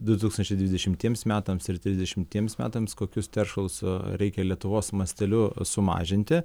du tūkstančiai dvidešimtiems metams ir trisdešimtiems metams kokius teršalus reikia lietuvos masteliu sumažinti